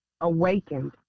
awakened